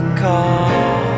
call